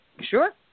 Sure